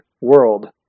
world